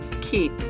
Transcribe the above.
Keep